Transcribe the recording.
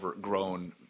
grown